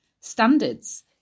standards